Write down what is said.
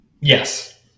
Yes